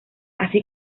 así